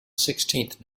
sixteenth